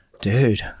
dude